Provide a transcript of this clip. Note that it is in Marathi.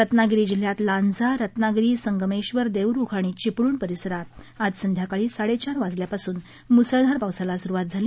रत्नागिरी जिल्ह्यात लांजा रत्नागिरी संगमेश्वर देवरुख आणि चिपळूण परिसरात आज संध्याकाळी साडेचार वाजल्यापासून मुसळधार पावसाला सुरूवात झाली